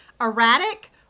erratic